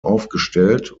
aufgestellt